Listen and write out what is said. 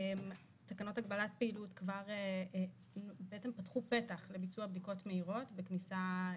תקנות הגבלת פעילות כבר פתחו פתח לביצוע בדיקות מהירות בכניסה,